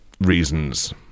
Reasons